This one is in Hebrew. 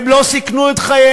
הם לא סיכנו את חייהם?